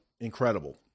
incredible